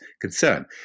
concern